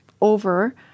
over